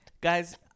Guys